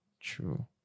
True